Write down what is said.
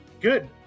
good